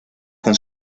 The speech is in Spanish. con